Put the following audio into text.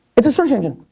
it's a search engine.